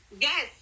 Yes